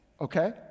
okay